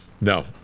no